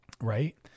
right